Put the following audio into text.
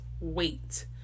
wait